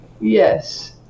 yes